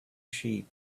sheep